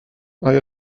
آیا